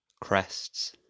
crests